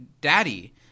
daddy